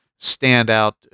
standout